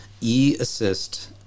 e-assist